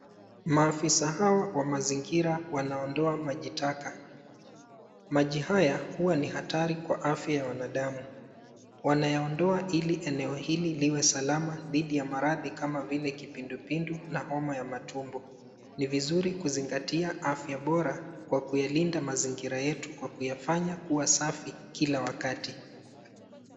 Maafisa hawa wa mazingira wanaondoa maji taka. Maji haya huwa ni hatari kwa afya ya wanadamu. Wanayaondoa ili eneo hili liwe salama dhidi ya maradhi kama vile kipindupindu na homa ya matumbo, ni vizuri kuzingatia afya bora kwa kuyalinda mazingira yetu kwa kuyafanya kuwa safi kila wakati.